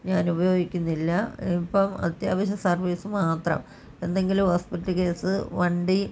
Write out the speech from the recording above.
ഞാൻ ഉപയോഗിക്കുന്നില്ല ഇപ്പം അത്യാവശ്യം സർവീസ്സ് മാത്രം എന്തെങ്കിലും ഹോസ്പിറ്റ്ല് കേസ് വണ്ടി